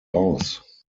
aus